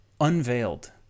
unveiled